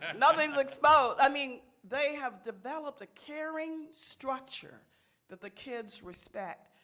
nothing's exposed. i mean, they have developed a caring structure that the kids respect.